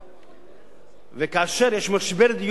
וכאשר יש משבר דיור כזה חריף בארץ